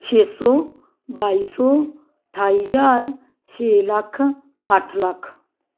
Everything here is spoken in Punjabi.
ਛੇ ਸੌ ਬਾਈ ਸੌ ਅਠਾਈ ਹਜ਼ਾਰ ਛੇ ਲੱਖ ਅੱਠ ਲੱਖ